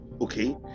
okay